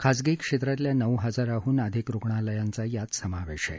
खासगी क्षेत्रातल्या नऊ हजारांहून अधिक रुग्णालयाचा यात समावेश आहे